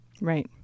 right